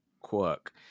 quirk